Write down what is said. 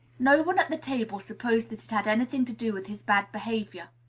no one at the table supposed that it had any thing to do with his bad behavior.